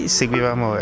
seguivamo